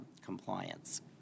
compliance